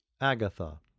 Agatha